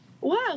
Wow